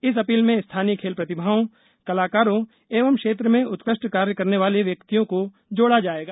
इस अपील में स्थानीय खेल प्रतिभाओं कलाकारों एवं क्षेत्र में उत्क ष्ट कार्य करने वाले व्यक्तियों को जोड़ा जायेगा